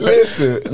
Listen